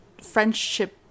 friendship